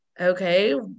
Okay